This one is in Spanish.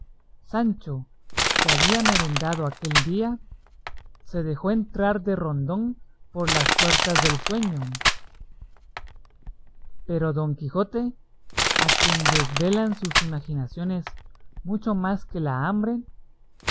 sancho que había merendado aquel día se dejó entrar de rondón por las puertas del sueño pero don quijote a quien desvelaban sus imaginaciones mucho más que la hambre